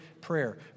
prayer